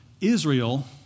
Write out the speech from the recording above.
Israel